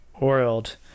world